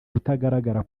kutagaragara